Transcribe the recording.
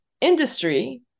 industry